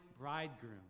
bridegroom